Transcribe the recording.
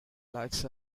lacks